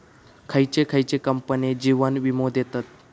खयचे खयचे कंपने जीवन वीमो देतत